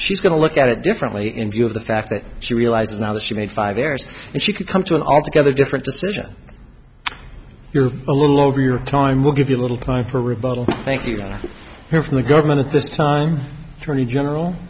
she's going to look at it differently in view of the fact that she realizes now that she made five errors and she could come to an altogether different decision if you're a little over your time will give you a little time for rebuttal thank you hear from the government at this time tony general